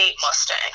Mustang